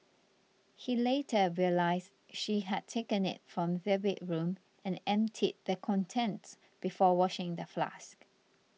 he later realised she had taken it from their bedroom and emptied the contents before washing the flask